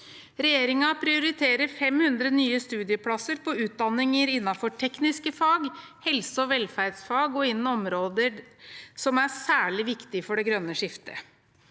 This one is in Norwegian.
Regjeringen prioriterer 500 nye studieplasser på utdanninger innenfor tekniske fag, helse- og velferdsfag og områder som er særlig viktige for det grønne skiftet.